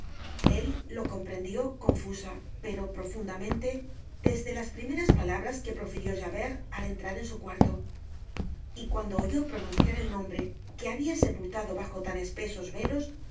el lo comprendió confusa pero profundamente desde las primeras palabras que profirió javert al entrar en su cuarto y cuando oyó pronunciar el nombre que habia sepultado bajo tan espesos velos